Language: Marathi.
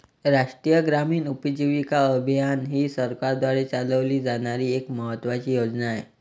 राष्ट्रीय ग्रामीण उपजीविका अभियान ही सरकारद्वारे चालवली जाणारी एक महत्त्वाची योजना आहे